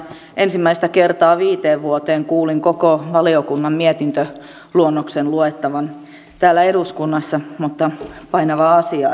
ensimmäistä kertaa viiteen vuoteen kuulin koko valiokunnan mietintöluonnoksen luettavan täällä eduskunnassa mutta painavaa asiaa sinällään